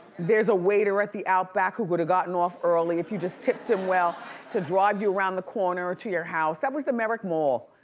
there's a waiter at the outback who would've gotten off early if you just tipped him well to drive you around the corner to your house. that was the merrick mall.